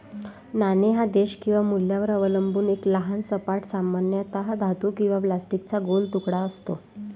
नाणे हा देश किंवा मूल्यावर अवलंबून एक लहान सपाट, सामान्यतः धातू किंवा प्लास्टिकचा गोल तुकडा असतो